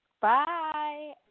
Bye